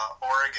Oregon